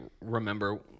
remember